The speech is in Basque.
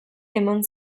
eman